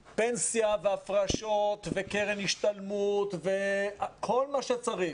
פנסיה, הפרשות, קרן השתלמות וכל מה שצריך.